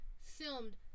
filmed-